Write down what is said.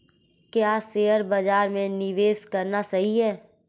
क्या शेयर बाज़ार में निवेश करना सही है?